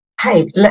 hey